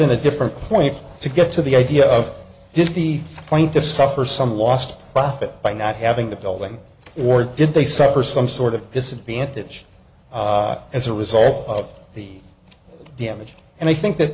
in a different point to get to the idea of did the plaintiffs suffer some lost profit by not having the building or did they set her some sort of disadvantage as a result of the damage and i think that